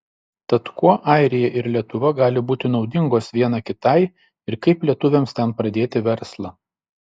tad kuo airija ir lietuva gali būti naudingos viena kitai ir kaip lietuviams ten pradėti verslą